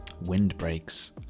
windbreaks